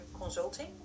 consulting